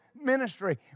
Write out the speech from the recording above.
ministry